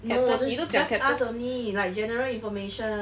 no just ask only like general information